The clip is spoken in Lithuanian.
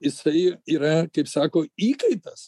jisai yra tai sako sako įkaitas